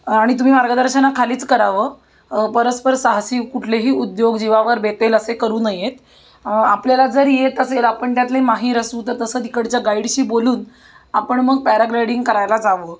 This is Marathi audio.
आणि तुम्ही मार्गदर्शनाखालीच करावं परस्पर साहसी कुठलेही उद्योग जीवावर बेतेल असे करू नयेत आपल्याला जर येत असेल आपण त्यातले माहीर असू तर तसं तिकडच्या गाईडशी बोलून आपण मग पॅराग्लायडिंग करायला जावं